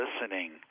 listening